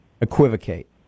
equivocate